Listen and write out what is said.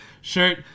shirt